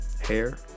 hair